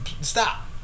stop